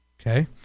Okay